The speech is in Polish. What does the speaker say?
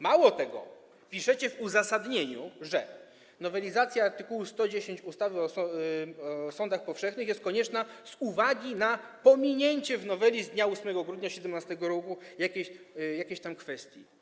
Mało tego, piszecie w uzasadnieniu, że nowelizacja art. 110 ustawy o sądach powszechnych jest konieczna z uwagi na pominięcie w noweli z dnia 8 grudnia 2017 r. jakiejś tam kwestii.